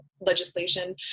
legislation